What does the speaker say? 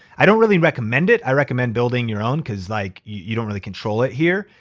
i don't really recommend it. i recommend building your own cause like you don't really control it here,